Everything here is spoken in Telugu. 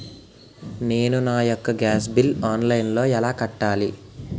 నేను నా యెక్క గ్యాస్ బిల్లు ఆన్లైన్లో ఎలా కట్టాలి?